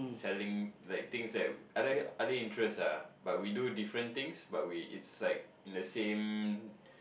selling like things that other other interests ah but we do different things but we it's like in the same